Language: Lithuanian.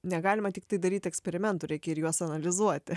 negalima tiktai daryti eksperimentų reikia ir juos analizuoti